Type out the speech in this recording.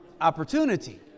opportunity